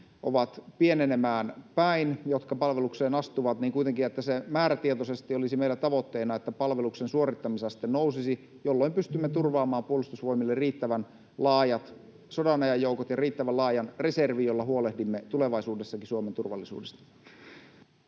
ovat pienenemään päin, jotka palvelukseen astuvat — että palveluksen suorittamisaste nousisi, jolloin pystymme turvaamaan Puolustusvoimille riittävän laajat sodanajan joukot ja riittävän laajan reservin, jolla huolehdimme tulevaisuudessakin Suomen turvallisuudesta.